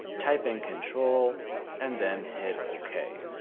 type in control and then hit ok.